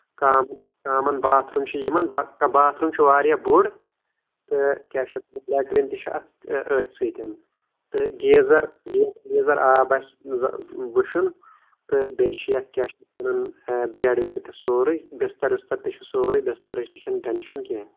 common common bathroom چھِ یِمَن بہ باتھ روٗم چھُ واریاہ بوٚڑ تہٕ کیٛاہ چھِ اَتھ لیٹریٖن تہِ چھِ اَتھ أتھۍ سۭتۍ تہٕ گیٖزَر گہِ گیٖزر آب آسہِ وٕشُن تہٕ بیٚیہِ چھِ یَتھ کیٛاہ چھِ اَتھ وَنان بٮ۪ڈ وٮ۪ڈ تہِ سورُے بِستَر وِستَر تہِ چھُ سورُے بِستَرٕچ تہِ چھَنہٕ ٹٮ۪نشَن کیٚنہہ